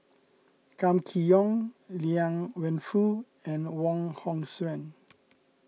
Kam Kee Yong Liang Wenfu and Wong Hong Suen